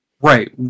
Right